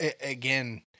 again